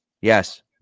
Yes